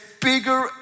bigger